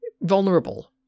vulnerable